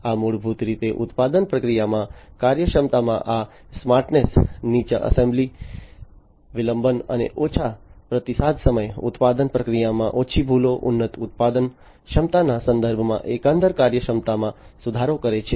આ મૂળભૂત રીતે ઉત્પાદન પ્રક્રિયામાં કાર્યક્ષમતામાં આ સ્માર્ટનેસ નીચા એસેમ્બલી વિલંબ અને ઓછો પ્રતિસાદ સમય ઉત્પાદન પ્રક્રિયામાં ઓછી ભૂલો ઉન્નત ઉત્પાદન ક્ષમતાના સંદર્ભમાં એકંદર કાર્યક્ષમતામાં સુધારો કરે છે